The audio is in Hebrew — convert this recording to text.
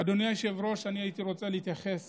אדוני היושב-ראש, אני הייתי רוצה להתייחס